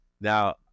Now